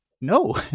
no